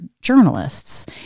journalists